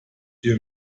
ihr